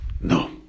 no